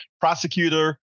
prosecutor